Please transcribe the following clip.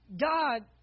God